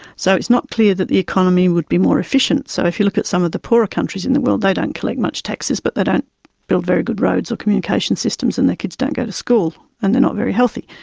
so it's not clear that the economy would be more efficient. so if you look at some of the poorer countries in the world they don't collect much taxes but they don't build very good roads or communication systems and the kids don't go to school and they are not very healthy.